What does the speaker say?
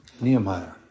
Nehemiah